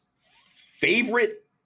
Favorite